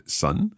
son